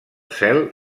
cel